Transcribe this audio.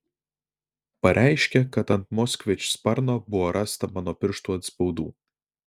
pareiškė kad ant moskvič sparno buvo rasta mano pirštų atspaudų